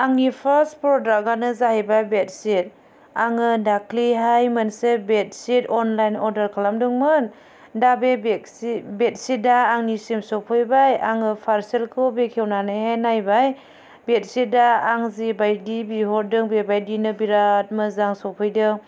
आंनि फारस्ट प्रडाक्टआनो जाहैबाय बेड शिट आङो दाख्लैहाय मोनसे बेड शिट अनलाइन अर्डार खालामदोंमोन दा बे बेड शिटआ आंनि सिम सफैबाय आङो पार्सेलखौ बेखेवनानैहाय नायबाय बेड शिटआ आं जि बायदि बिहरदों बेबायदिनो बेराद मोजां सफैदों